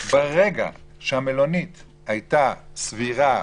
ברגע שהמלונית הייתה סבירה